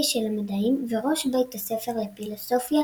של המדעים וראש בית הספר לפילוסופיה,